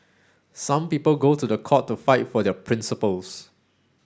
some people go to the court to fight for their principles